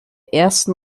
ersten